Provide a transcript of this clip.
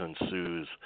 ensues